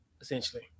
essentially